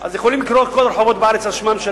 אז יכולים לקרוא כל הרחובות בארץ על שמם של